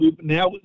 now